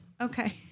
Okay